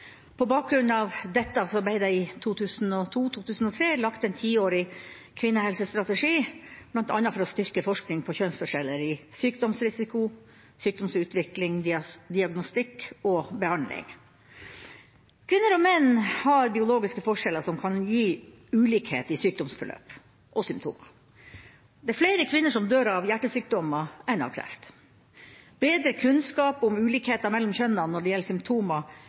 lagt en tiårig kvinnehelsestrategi, bl.a. for å styrke forskning på kjønnsforskjeller i sykdomsrisiko, sykdomsutvikling, diagnostikk og behandling. Kvinner og menn har biologiske forskjeller som kan gi ulikhet i sykdomsforløp og symptomer. Flere kvinner dør av hjertesykdommer enn av kreft. Bedre kunnskap om ulikheter mellom kjønnene når det gjelder symptomer,